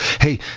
Hey